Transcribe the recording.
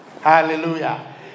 Hallelujah